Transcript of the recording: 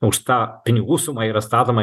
už tą pinigų sumą yra statoma